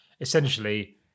essentially